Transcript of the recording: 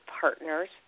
partners